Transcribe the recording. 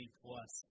plus